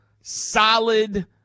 solid